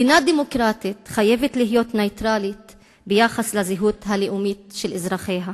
מדינה דמוקרטית חייבת להיות נייטרלית ביחס לזהות הלאומית של אזרחיה.